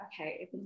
okay